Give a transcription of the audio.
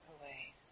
away